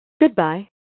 Goodbye